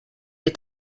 est